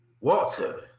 Walter